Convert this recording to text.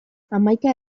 hamaika